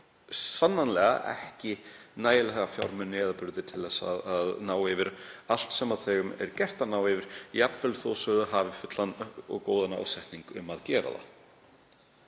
sannarlega ekki nægilega fjármuni eða burði til að ná yfir allt sem henni er gert að ná yfir, jafnvel þó að hún hafi fullan og góðan ásetning um að gera það.